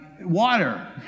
water